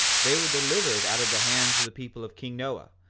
they were delivered out of the hands of the people of king noah,